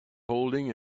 holding